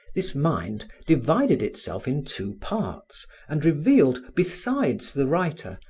this mind divided itself in two parts and revealed, besides the writer,